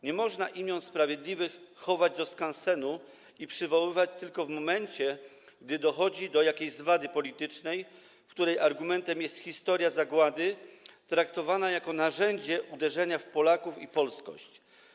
Nie można imion sprawiedliwych chować do skansenu i przywoływać tylko w momencie, gdy dochodzi do jakiejś zwady politycznej, w której argumentem jest historia zagłady traktowana jako narzędzie uderzenia w Polaków i polskość.